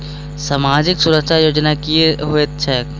सामाजिक सुरक्षा योजना की होइत छैक?